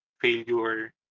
failure